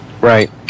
right